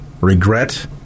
regret